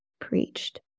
preached